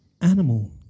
animal